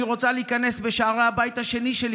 אני רוצה להיכנס בשערי הבית השני שלי